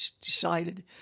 decided